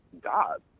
God